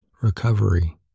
recovery